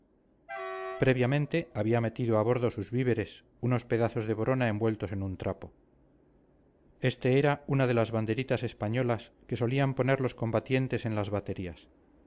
previamente había metido a bordo sus víveres unos pedazos de borona envueltos en un trapo este era una de las banderitas españolas que solían poner los combatientes en las baterías